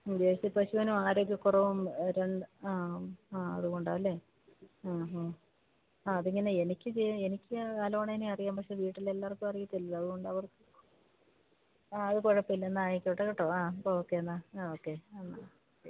മ് ജേഴ്സി പശുവിന് ആരോഗ്യക്കുറവും രണ്ട് ആ ആ അതുകൊണ്ടാലേ ആ ആ അ അതിങ്ങനെ എനിക്ക് എനിക്ക് അലോണെനെ അറിയാം പക്ഷെ വീട്ടിലെല്ലാവർക്കും അറിയത്തില്ലലോ അതുകൊണ്ടവർക്ക് ആ അതുകുഴപ്പമില്ല എന്നാൽ ആയിക്കോട്ടെ കേട്ടോ ആ ഓക്കേ എന്നാൽ ആ ഓക്കേ എന്നാൽ ശരി